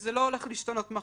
וזה לא הולך להשתנות מחר.